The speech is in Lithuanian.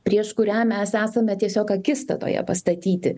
prieš kurią mes esame tiesiog akistatoje pastatyti